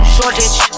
Shortage